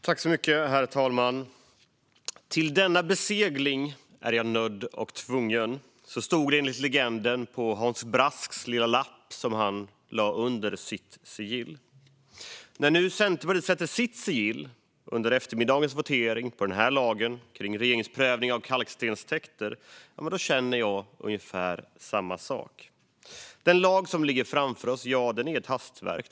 Herr talman! "Till denna besegling är jag nödd och tvungen." Så stod det enligt legenden på Hans Brasks lilla lapp som han lade under sitt sigill. När nu Centerpartiet sätter sitt sigill under eftermiddagens votering om lagen kring regeringsprövning av kalkstenstäkter känner jag ungefär samma sak. Den lag som ligger framför oss är ett hastverk.